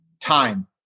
time